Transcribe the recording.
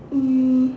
um